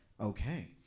okay